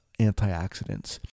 antioxidants